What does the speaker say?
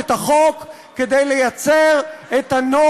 יציג את הצעת החוק סגן שר האוצר יצחק כהן.